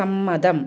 സമ്മതം